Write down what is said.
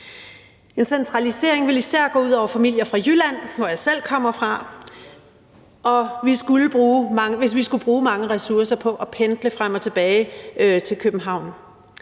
En centralisering ville især gå ud over familier fra Jylland, hvor jeg selv kommer fra, hvis vi skulle bruge mange ressourcer på at pendle frem og tilbage mellem København